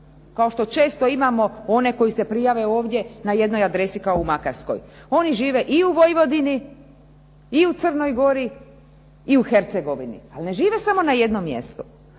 koji često imamo one koji se prijave ovdje na jednoj adresi kao u Makarskoj. Oni žive i u Vojvodini, i u Crnoj Gori, i u Hercegovini. Ali ne žive samo na jednom mjestu.